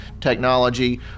technology